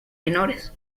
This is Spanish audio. menores